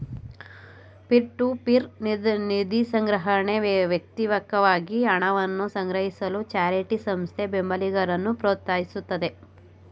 peer to peer ನಿಧಿಸಂಗ್ರಹಣೆ ವ್ಯಕ್ತಿಕವಾಗಿ ಹಣವನ್ನ ಸಂಗ್ರಹಿಸಲು ಚಾರಿಟಿ ಸಂಸ್ಥೆ ಬೆಂಬಲಿಗರನ್ನ ಪ್ರೋತ್ಸಾಹಿಸುತ್ತೆ